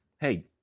hey